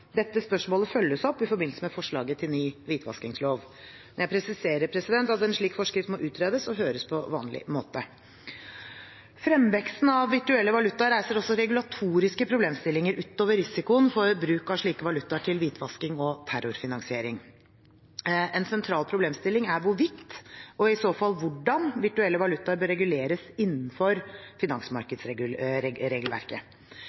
Dette spørsmålet følges opp i forbindelse med forslaget til ny hvitvaskingslov. Jeg presiserer at en slik forskrift må utredes og høres på vanlig måte. Fremveksten av virtuelle valutaer reiser også regulatoriske problemstillinger ut over risikoen for bruk av slike valutaer til hvitvasking og terrorfinansiering. En sentral problemstilling er hvorvidt – og i så fall hvordan – virtuelle valutaer bør reguleres innenfor